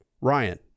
Ryan